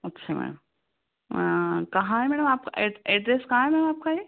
अच्छा मैडम कहाँ है मैडम आपका एड एड्रेस कहाँ है मैडम आपका ये